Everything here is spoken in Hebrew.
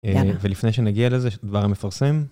ולפני שנגיע לזה, דבר המפרסם.